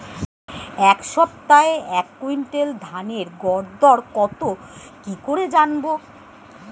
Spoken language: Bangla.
এই সপ্তাহের এক কুইন্টাল ধানের গর দর কত কি করে জানবো?